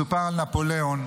מסופר על נפוליאון,